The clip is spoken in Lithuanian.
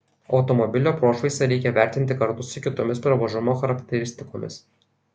automobilio prošvaisą reikia vertinti kartu su kitomis pravažumo charakteristikomis